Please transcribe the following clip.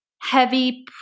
heavy